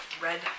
red